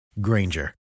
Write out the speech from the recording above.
Granger